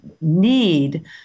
need